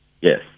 Yes